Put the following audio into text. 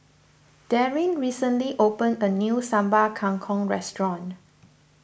Darryn recently opened a new Sambal Kangkong Restaurant